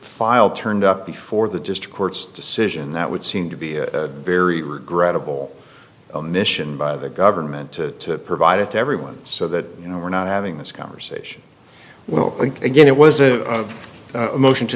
filed turned up before the just a court's decision that would seem to be a very regrettable mission by the government to provide it to everyone so that you know we're not having this conversation well again it was a motion to